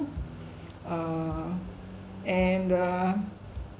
I err and uh